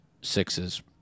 Sixes